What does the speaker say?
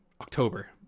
October